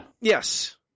yes